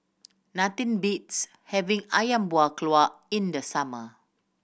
nothing beats having Ayam Buah Keluak in the summer